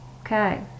Okay